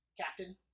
captain